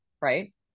right